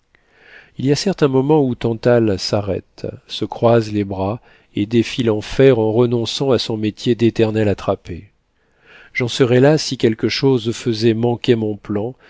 il y a certes un moment où tantale s'arrête se croise les bras et défie l'enfer en renonçant à son métier d'éternel attrapé j'en serais là si quelque chose faisait manquer mon plan